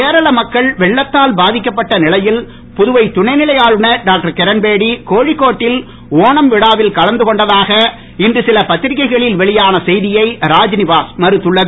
கேரள மக்கள் வெள்ளத்தால் பாதிக்கப்பட் நிலையில் புதுவை துணைநிலை ஆளுநர் டாக்டர் கிரண்பேடி கோழிக்கோட்டில் ஓணம் விழாவில் கலந்து கொண்டதாக இன்று சில பத்திரிக்கைகளில் வெளியான செய்தியை ராஜ்நிவாஸ் மறுத்துள்ளது